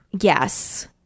Yes